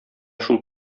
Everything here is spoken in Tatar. шул